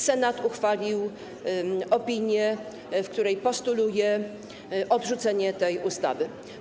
Senat uchwalił opinię, w której postuluje odrzucenie tej ustawy.